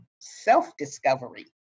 self-discovery